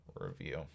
review